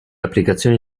applicazioni